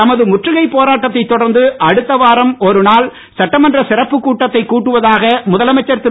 தமது முற்றுகைப் போராட்டத்தை தொடர்ந்து அடுத்த வாரம் ஒரு நாள் சட்டமன்ற சிறப்பு கூட்டத்தை கூட்டுவதாக முதலமைச்சர் திரு